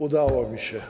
Udało mi się.